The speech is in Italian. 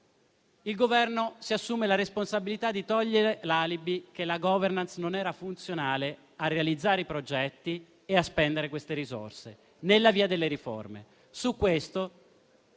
il Governo si assume la responsabilità di togliere l'alibi che la *governance* non fosse funzionale a realizzare i progetti e a spendere queste risorse nella via delle riforme.